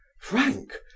Frank